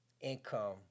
income